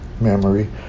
memory